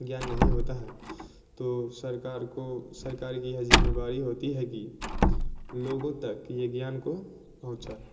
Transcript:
ज्ञान नहीं होता है तो सरकार को सरकार की ये ज़िम्मेदारी होती है कि लोगों तक ये ज्ञान को पहुंचाए